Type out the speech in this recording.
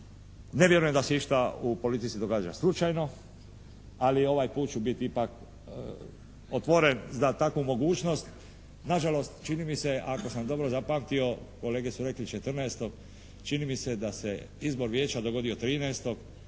ne vjerujem da se išta u politici događa slučajno. Ali ovaj put ću biti ipak otvoren za takvu mogućnost. Nažalost, čini mi se, ako sam dobro zapamtio, kolege su rekli 14. čini mi se da izbor Vijeća dogodio 13.,